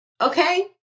Okay